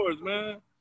man